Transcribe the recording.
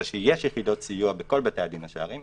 המצב שקיים היום הוא שיש יחידות סיוע בכל בתי הדין השרעיים,